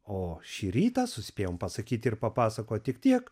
o šį rytą suspėjom pasakyti ir papasakot tik tiek